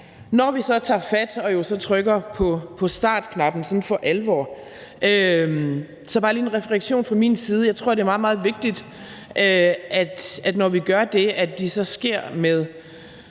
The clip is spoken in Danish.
Når vi så tager fat og så trykker på startknappen sådan for alvor, tror jeg – det er bare lige en refleksion fra min side – det er meget, meget vigtigt, at det, når vi gør det, så sker med